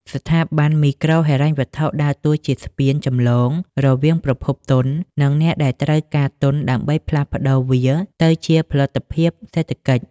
ស្ថាប័នមីក្រូហិរញ្ញវត្ថុដើរតួជាស្ពានចម្លងរវាងប្រភពទុន និងអ្នកដែលត្រូវការទុនដើម្បីផ្លាស់ប្តូរវាទៅជាផលិតភាពសេដ្ឋកិច្ច។